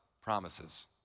promises